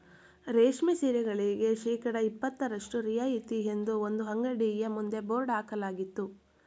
ರೇಷ್ಮೆ ಸೀರೆಗಳಿಗೆ ಶೇಕಡಾ ಇಪತ್ತರಷ್ಟು ರಿಯಾಯಿತಿ ಎಂದು ಒಂದು ಅಂಗಡಿಯ ಮುಂದೆ ಬೋರ್ಡ್ ಹಾಕಲಾಗಿತ್ತು